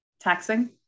taxing